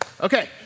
Okay